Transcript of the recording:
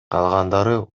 калгандары